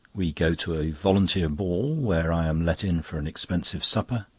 we go to a volunteer ball, where i am let in for an expensive supper.